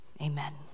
Amen